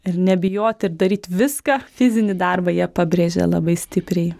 ir nebijot ir daryt viską fizinį darbą jie pabrėžė labai stipriai